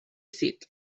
seat